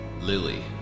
Lily